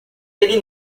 ele